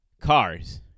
cars